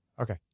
Okay